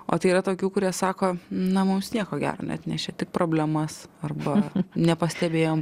o tai yra tokių kurie sako na mums nieko gero neatnešė tik problemas arba nepastebėjom